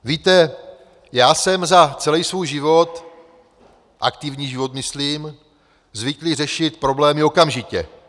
Víte, já jsem za celý svůj život aktivní život myslím zvyklý řešit problémy okamžitě.